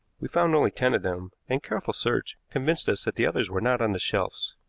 we found only ten of them, and careful search convinced us that the others were not on the shelves.